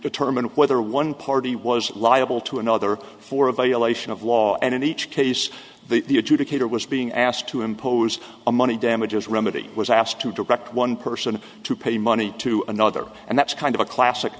determine whether one party was liable to another for a violation of law and in each case the adjudicator was being asked to impose a money damages remedy was asked to direct one person to pay money to another and that's kind of a classic